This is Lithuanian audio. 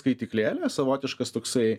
skaityklėlė savotiškas toksai